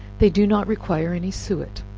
they do not require any suet.